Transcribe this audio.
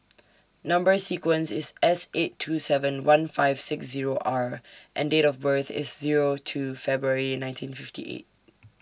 Number sequence IS S eight two seven one five six Zero R and Date of birth IS Zero two February nineteen fifty eight